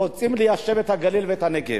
רוצים ליישב את הגליל ואת הנגב.